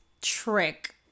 trick